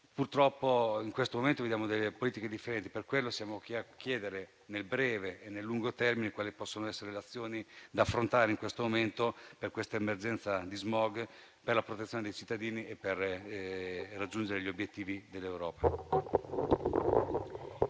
Purtroppo, in questo momento vediamo delle politiche differenti. Per questo siamo qui a chiedere, nel breve e nel lungo termine, quali possono essere le azioni da intraprendere in questo momento, per l'emergenza *smog*, per la protezione dei cittadini e per raggiungere gli obiettivi dell'Europa.